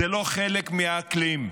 זה לא חלק מהאקלים,